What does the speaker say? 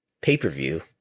pay-per-view